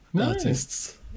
Artists